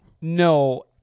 No